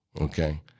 okay